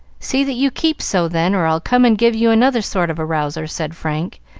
see that you keep so, then, or i'll come and give you another sort of a rouser, said frank,